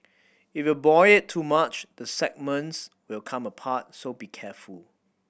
if you boil it too much the segments will come apart so be careful